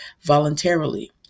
voluntarily